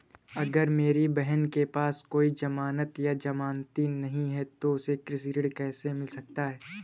अगर मेरी बहन के पास कोई जमानत या जमानती नहीं है तो उसे कृषि ऋण कैसे मिल सकता है?